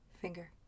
finger